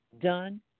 done